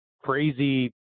crazy